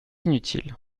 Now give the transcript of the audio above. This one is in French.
inutile